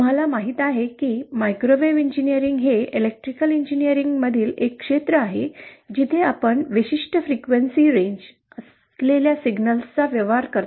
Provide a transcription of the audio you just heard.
तुम्हाला माहीत आहे की मायक्रोवेव्ह इंजिनीअरिंग हे इलेक्ट्रिकल इंजिनीअरिंगमधील एक क्षेत्र आहे जिथे आपण विशिष्ट फ्रिक्वेन्सी रेंज असलेल्या सिग्नल्सशी व्यवहार करतो